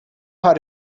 how